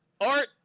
Art